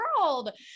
world